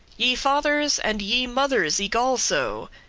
ye fathers, and ye mothers eke also,